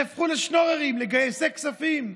נהפכו לשנוררים, למגייסי כספים.